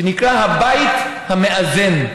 שנקרא "הבית המאזן".